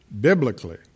Biblically